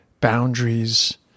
boundaries